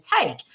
take